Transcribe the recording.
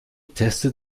testet